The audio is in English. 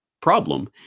problem